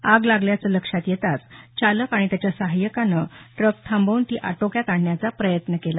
आग लागल्याचं लक्षात येताच चालक आणि त्याच्या सहाय्यकान ट्रक थांबवून ती आटोक्यात आणण्याचा प्रयत्न केला